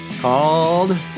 called